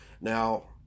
Now